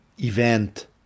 event